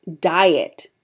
diet